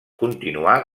continuar